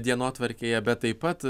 dienotvarkėje bet taip pat